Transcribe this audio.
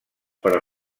però